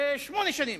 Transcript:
שמונה שנים.